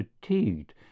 fatigued